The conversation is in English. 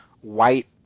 white